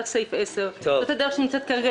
היא הייתה דרך סעיף 10. זאת הדרך שנמצאת כרגע.